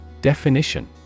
Definition